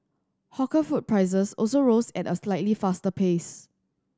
hawker food prices also rose at a slightly faster pace